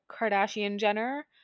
Kardashian-Jenner